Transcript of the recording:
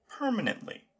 permanently